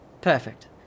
Perfect